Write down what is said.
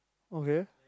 okay